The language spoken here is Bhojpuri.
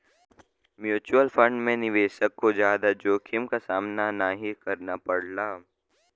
म्यूच्यूअल फण्ड में निवेशक को जादा जोखिम क सामना नाहीं करना पड़ला